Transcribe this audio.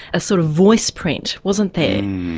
a sort of voice print, wasn't there?